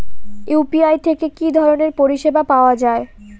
UPI থেকে কি ধরণের পরিষেবা পাওয়া য়ায়?